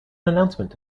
announcement